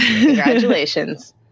Congratulations